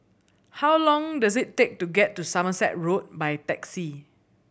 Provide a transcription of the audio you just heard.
how long does it take to get to Somerset Road by taxi